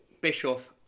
Bischoff